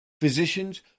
Physicians